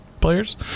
players